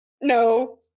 No